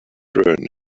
return